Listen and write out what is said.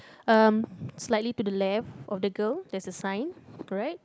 um slightly to the left of the girl there's a sign correct